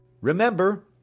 Remember